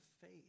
faith